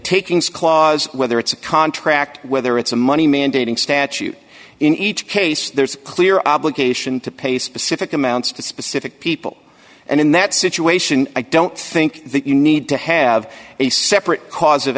takings clause whether it's a contract whether it's a money mandating statute in each case there's a clear obligation to pay specific amounts to specific people and in that situation i don't think that you need to have a separate cause of